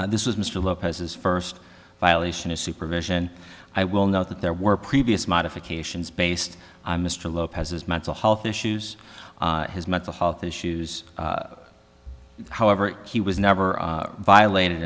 lopez this was mr lopez's first violation of supervision i will note that there were previous modifications based on mr lopez's mental health issues his mental health issues however he was never violated